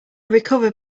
recovered